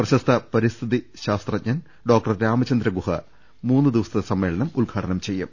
പ്രശസ്ത പരിസ്ഥിതി ശാസ്ത്രജ്ഞൻ ഡ്രോക്ടർ രാമചന്ദ്രഗുഹ മൂന്നുദിവസത്തെ സമ്മേളനം ഉദ്ഘാടനം ചെയ്യും